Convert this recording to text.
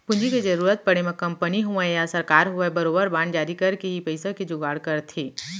पूंजी के जरुरत पड़े म कंपनी होवय या सरकार होवय बरोबर बांड जारी करके ही पइसा के जुगाड़ करथे